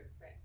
Right